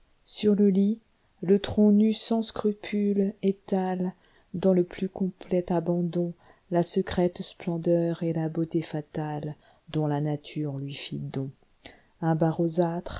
sur le lit le tronc nu sans scrupules étaledans le plus complet abandon la secrète splendeur et la beauté fataledont la nature lui fit don un